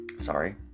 sorry